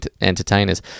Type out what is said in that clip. entertainers